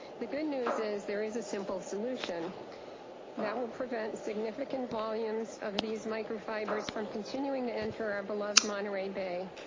the good news is there is a simple solution that will prevent significant volumes of these microfibers from continuing to enter our beloved monterey bay.